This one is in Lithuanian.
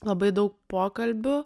labai daug pokalbių